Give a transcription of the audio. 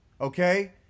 Okay